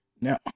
Now